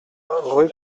rue